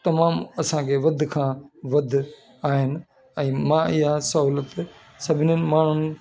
तमामु असांखे वधि खां वधि आहिनि ऐं मां ईअं सहुलतियूं सभिनीनि माण्हुनि